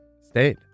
stayed